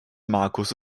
markus